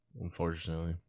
unfortunately